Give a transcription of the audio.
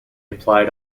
applied